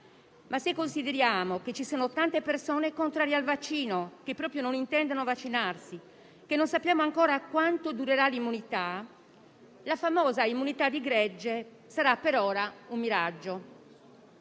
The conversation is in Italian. Ma se consideriamo che ci sono tante persone contrarie al vaccino e che proprio non intendono vaccinarsi, e che non sappiamo ancora quanto durerà l'immunità, la famosa immunità di gregge sarà per ora un miraggio.